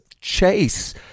chase